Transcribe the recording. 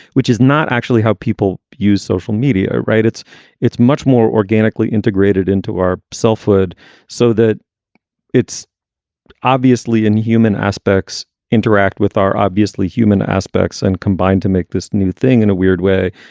which is not actually how people use social media. right. it's it's much more organically integrated into our selfhood so that it's obviously in human aspects interact with our obviously human aspects and combine to make this new thing in a weird way.